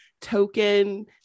token